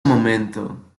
momento